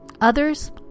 others